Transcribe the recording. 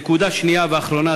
נקודה שנייה ואחרונה,